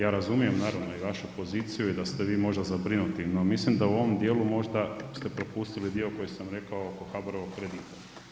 Ja razumijem naravno i vašu poziciju i da ste vi možda zabrinuti, no mislim da u ovom dijelu možda ste propustili dio koji sam rekao oko HABOR-ovog kredita.